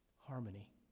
harmony